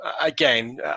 again